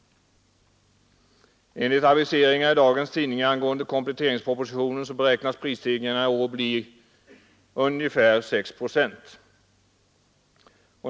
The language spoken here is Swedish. Enligt aviseringar i dagens tidningar angående kompletteringspropositionen beräknas prisstegringarna i år bli ungefär sex procent.